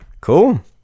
Cool